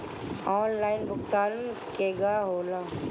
Online भुगतान केगा होला?